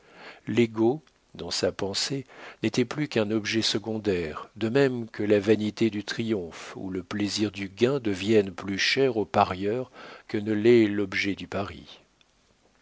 l'ego dans sa pensée n'était plus qu'un objet secondaire de même que la vanité du triomphe ou le plaisir du gain deviennent plus chers au parieur que ne l'est l'objet du pari